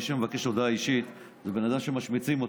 מי שמבקש הודעה אישית זה בן אדם שמשמיצים אותו.